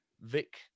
Vic